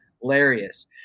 Hilarious